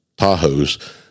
Tahoes